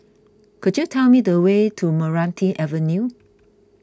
could you tell me the way to Meranti Avenue